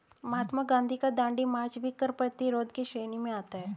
महात्मा गांधी का दांडी मार्च भी कर प्रतिरोध की श्रेणी में आता है